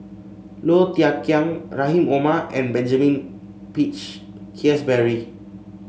Low Thia Khiang Rahim Omar and Benjamin Peach Keasberry